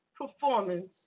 performance